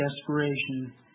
desperation